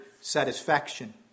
satisfaction